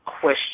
question